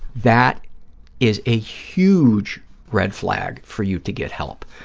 that is a huge red flag for you to get help,